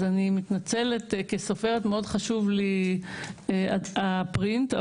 כסופרת חשוב לי הפרינט,